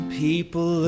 people